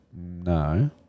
No